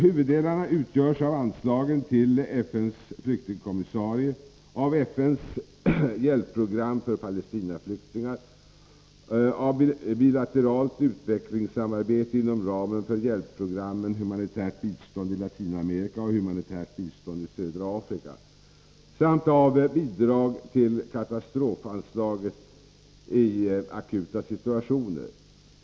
Huvuddelarna utgörs av anslagen till FN:s flyktingkommissarie och FN:s hjälpprogram för Palestinaflyktingar, av bilateralt utvecklingssamarbete inom ramen för hjälpprogrammen Humanitärt bistånd i Latinamerika och Humanitärt bistånd i Södra Afrika samt av bidrag från katastrofanslaget i akuta situationer.